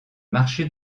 marché